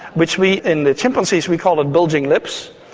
which we. in chimpanzees we call it bulging lips.